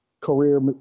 career